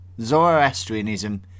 Zoroastrianism